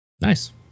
Nice